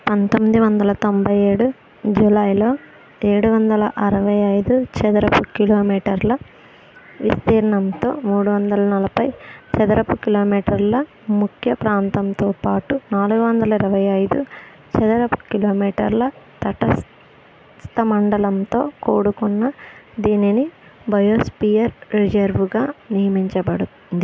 పంతొమ్మిది వందల తొంభై ఏడు జూలైలో ఏడు వందల అరవై ఐదు చదరపు కిలోమీటర్ల విస్తీర్ణంతో మూడు వందల నలభై చదరపు కిలోమీటర్ల ముఖ్య ప్రాంతంతో పాటు నాలుగు వందల ఇరవై ఐదు చదరపు కిలోమీటర్ల తటస్థమండలంతో కూడుకున్న దీనిని బయోస్పియర్ రిజర్వ్గా నియమించబడింది